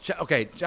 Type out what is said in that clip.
okay